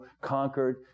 conquered